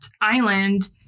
island